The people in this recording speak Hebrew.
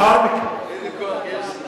איזה כוח יש שם.